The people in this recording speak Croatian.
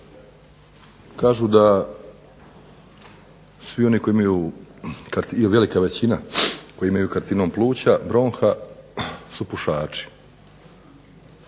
Kažu da svi oni koji imaju, ili velika većina, koji imaju karcinom pluća, bronha su pušači.